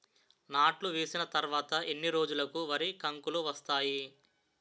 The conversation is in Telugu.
నాట్లు వేసిన తర్వాత ఎన్ని రోజులకు వరి కంకులు వస్తాయి?